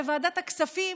בוועדת הכספים,